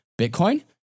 Bitcoin